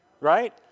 right